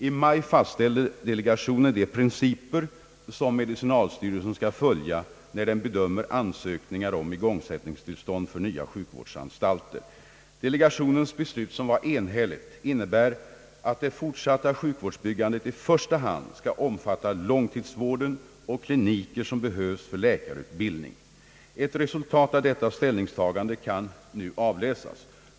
I maj fastställde delegationen de principer som medicinalstyrelsen skall följa, när den bedömer ansökningar om igångsättningstillstånd för nya sjukvårdsanstalter. Delegationens beslut var enhälligt och innebar att det fortsatta byggandet för sjukvård i första hand skall omfatta anläggningar för långtidsvård och kliniker för läkarutbildning. Resultatet av detta ställningstagande kan nu avläsas.